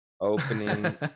Opening